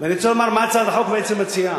ואני רוצה לומר מה הצעת החוק בעצם מציעה.